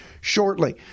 shortly